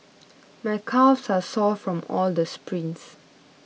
my calves are sore from all the sprints